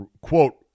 quote